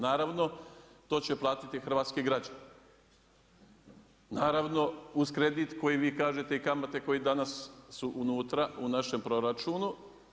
Naravno, to će platiti hrvatski građani, naravno uz kredit koji vi kažete i kamate koje danas su unutra u našem proračunu.